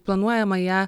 planuojama ją